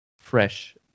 fresh